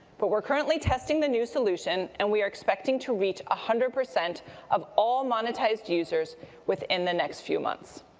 but we're currently testing the new solution, and we are expecting to reach one ah hundred percent of all monetized users within the next few months.